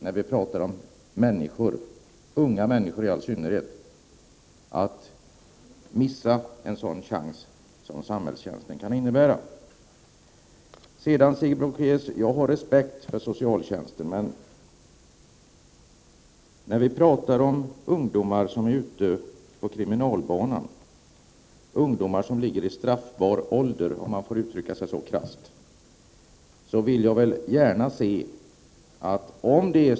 När vi talar om människor, i all synnerhet unga människor, är en sådan chans som samhällstjänsten kan innebära alldeles för viktig för att försvinna. Sigrid Bolkéus, jag har respekt för socialtjänsten, men beträffande ungdomar som befinner sig på en kriminell bana och som är i straffbar ålder, stökiga 15—17-åringar, vill jag säga följande.